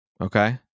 okay